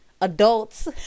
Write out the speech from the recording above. adults